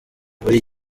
buri